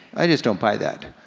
i just don't buy that.